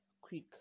quick